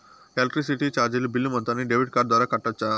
Electricity చార్జీలు bill మొత్తాన్ని debit card ద్వారా కట్టొచ్చా?